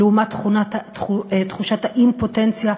לעומת תחושת האימפוטנציה,